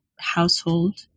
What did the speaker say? household